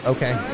Okay